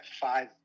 five